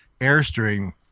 airstream